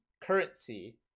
currency